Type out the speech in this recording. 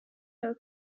your